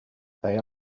they